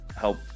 help